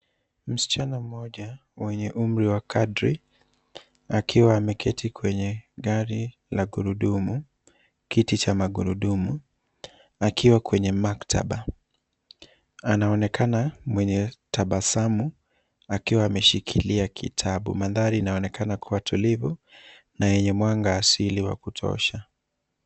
Msichana mmoja mwenye umri wa kadri, akiwa ameketi kwenye gari la gurudumu, kiti cha magurudumu, akiwa kwenye maktaba. Anaonekana mwenye tabasamu, akiwa ameshikilia kitabu. Mandhari inaonekana kuwa tulivu na yenye mwanga asili wa kutosha.